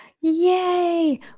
Yay